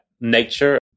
nature